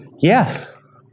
Yes